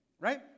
Right